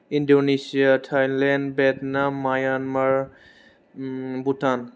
Indonesia Thailand Vietnam Myanmar Bhutan